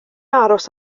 aros